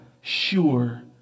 sure